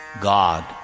God